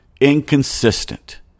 Inconsistent